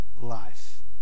life